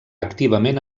activament